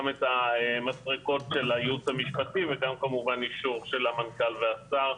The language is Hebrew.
את המסרקות של הייעוץ המשפטי וגם כמובן אישור של המנכ"ל והשר.